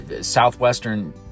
Southwestern